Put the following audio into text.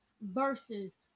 versus